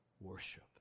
worship